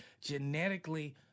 genetically